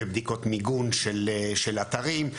בבדיקות מיגון של אתרים,